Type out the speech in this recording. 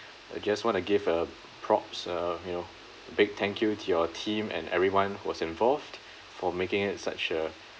I just want to give a props uh you know big thank you to your team and everyone who was involved for making it such a